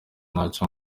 ntacyo